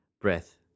breath